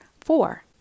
four